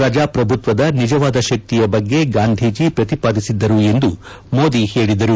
ಪ್ರಜಾಪ್ರಭುತ್ಸದ ನಿಜವಾದ ಶಕ್ತಿಯ ಬಗ್ಗೆ ಗಾಂಧೀಜಿ ಪ್ರತಿಪಾದಿಸಿದ್ದರು ಎಂದು ಮೋದಿ ಹೇಳಿದರು